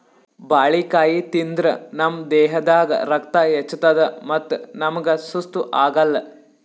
ಬಾಳಿಕಾಯಿ ತಿಂದ್ರ್ ನಮ್ ದೇಹದಾಗ್ ರಕ್ತ ಹೆಚ್ಚತದ್ ಮತ್ತ್ ನಮ್ಗ್ ಸುಸ್ತ್ ಆಗಲ್